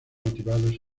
motivados